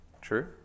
True